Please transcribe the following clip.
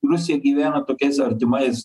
rusija gyvena tokiais artimais